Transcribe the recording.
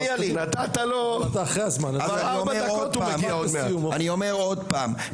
אני אומר עוד פעם,